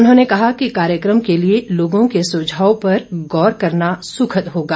उन्होंने कहा कि कार्यक्रम के लिए लोगों के सुझाव पर गौर करना सुखद होगा